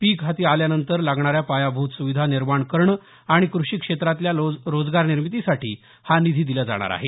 पीक हाती आल्यानंतर लागणाऱ्या पायाभूत सुविधा निर्माण करणं आणि कृषी क्षेत्रातल्या रोजगारनिर्मितीसाठी हा निधी दिला जाणार आहे